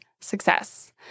success